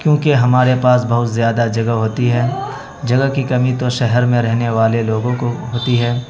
کیونکہ ہمارے پاس بہت زیادہ جگہ ہوتی ہے جگہ کی کمی تو شہر میں رہنے والے لوگوں کو ہوتی ہے